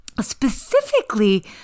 specifically